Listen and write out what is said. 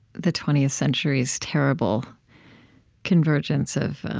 the twentieth century's terrible convergence of